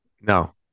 No